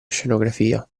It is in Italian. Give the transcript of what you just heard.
scenografia